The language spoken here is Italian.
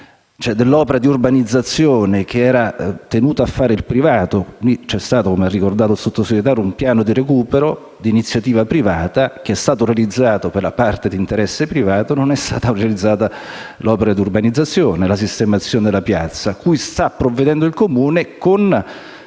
dell'opera di urbanizzazione che era tenuto a fare il privato. Qui c'è stato - come ha ricordato il Sottosegretario - un piano di recupero di iniziativa privata che è stato realizzato per la parte di interesse privata, ma non è stata organizzata l'opera di urbanizzazione e la sistemazione della piazza, cui sta provvedendo il Comune con